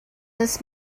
this